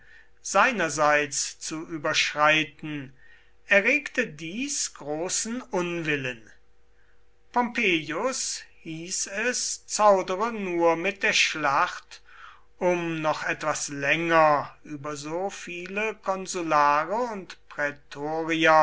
seinerseits zu überschreiten erregte dies großen unwillen pompeius hieß es zaudere nur mit der schlacht um noch etwas länger über so viele konsulare und